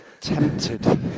tempted